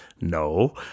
No